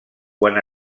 quan